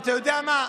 ואתה יודע מה?